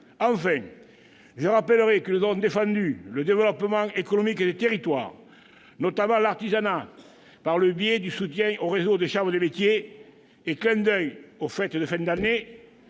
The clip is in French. Enfin, nous avons défendu le développement économique des territoires, notamment l'artisanat, par le biais du soutien aux réseaux des chambres de métiers. Et, clin d'oeil aux fêtes de fin d'année,